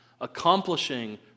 Accomplishing